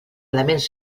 elements